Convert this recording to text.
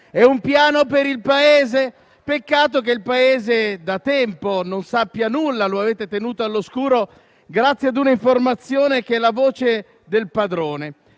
È un Piano per il Paese? Peccato che il Paese da tempo non sappia nulla, poiché lo avete tenuto all'oscuro grazie a una informazione che è la voce del padrone.